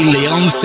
Leon